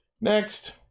Next